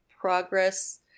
progress